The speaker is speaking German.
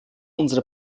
unsere